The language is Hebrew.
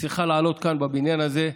צריכה לעלות כאן בבניין הזה,